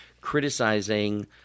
criticizing –